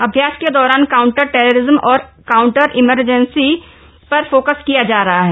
अभ्यास के दौरान काउंटर टेरेरिज्म और काउंटर इंसर्जेसी पर फोकस किया जा रहा है